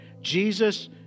Jesus